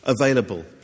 available